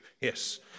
yes